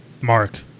Mark